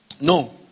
No